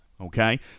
Okay